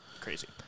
crazy